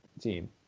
team